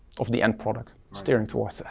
of the end product, steering towards that.